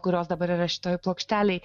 kurios dabar yra šitoj plokštelėj